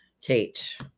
Kate